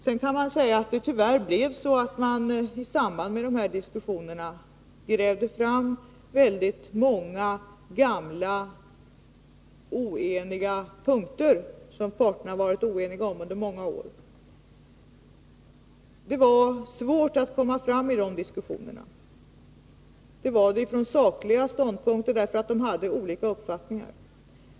Sedan kan man säga att det i samband med dessa diskussioner tyvärr blev så att man grävde fram många gamla tvister, punkter som parterna varit oeniga om under många år. Det var svårt att komma fram i de diskussionerna, av sakliga skäl: parterna hade olika uppfattningar.